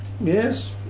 Yes